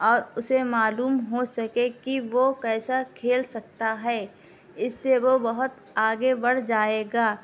اور اسے معلوم ہو سکے کہ وہ کیسا کھیل سکتا ہے اس سے وہ بہت آگے بڑھ جائے گا